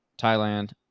Thailand